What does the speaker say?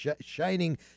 shining